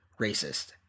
racist